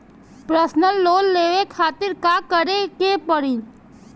Personal loan लेवे खातिर का करे के पड़ी?